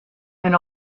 and